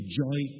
joy